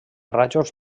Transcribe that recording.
rajols